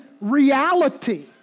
reality